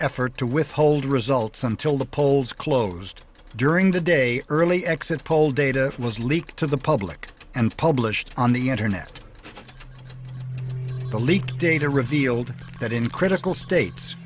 effort to withhold results until the polls closed during the day early exit poll data was leaked to the public and published on the internet the leaked data revealed that in critical states